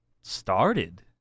started